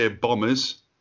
Bombers